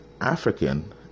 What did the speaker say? African